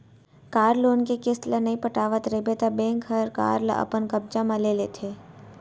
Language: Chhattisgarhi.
कार लोन के किस्त ल नइ पटावत रइबे त बेंक हर कार ल अपन कब्जा म ले लेथे